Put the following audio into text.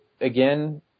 again